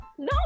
no